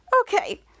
okay